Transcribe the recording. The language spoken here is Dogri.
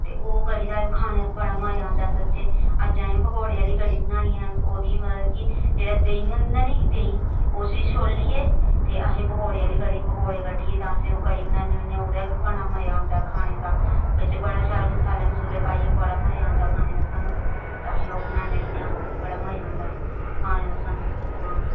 ते ओह् कढ़ी दा खाने दा बड़ा मज़ा आंदा सच्चें अज्ज असें पकौड़े आह्ली कढ़ी बनानी ऐ ओह्दी मतलब कि जेह्ड़ा देहीं होंदा नी देहीं उसी छोलियै ते असें पकौड़े आह्ली पकौड़े कड्ढियै ते असें ओह् कढ़ी बनान्ने होन्ने ओह्दा बी बड़ा मज़ा आंदा खाने दा बिच्च बड़ा शैल मसाले मसूले पाइयै बड़ा मज़ा आंदा खाने दा सानूं ते असें ओह् बनाने होन्ने आं बड़ा मज़ा आंदा खाने दा सानू आं